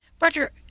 Roger